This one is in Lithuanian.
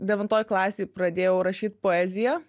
devintoj klasėj pradėjau rašyti poeziją